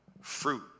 fruit